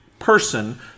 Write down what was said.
Person